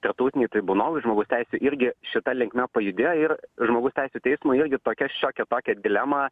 tarptautiniai tribunolai žmogaus teisių irgi šita linkme pajudėjo ir žmogaus teisių teismo irgi tokia šiokia tokia dilema